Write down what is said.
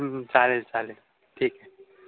चालेल चालेल ठीक आहे